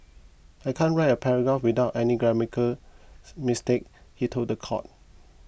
I can't write a paragraph without any grammatical mistake he told the court